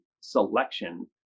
selection